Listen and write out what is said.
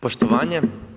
Poštovanje.